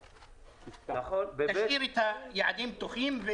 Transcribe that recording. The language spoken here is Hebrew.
תשאיר את היעדים פתוחים.